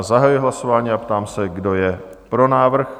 Zahajuji hlasování a ptám se, kdo je pro návrh?